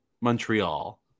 Montreal